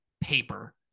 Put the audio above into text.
paper